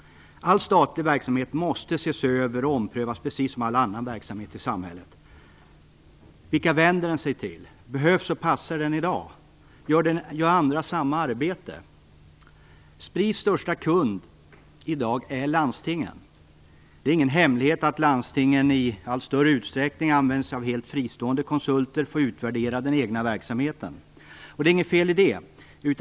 All statlig verksamhet måste ses över och omprövas precis som all annan verksamhet i samhället. Vilka vänder den sig till och behövs och passar den i dag? Utför andra samma arbete? Spris största kund är i dag landstingen. Det är ingen hemlighet att landstingen i allt större utsträckning använder sig av helt fristående konsulter för att utvärdera den egna verksamheten. Det är inget fel i det.